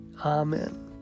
Amen